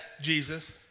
Jesus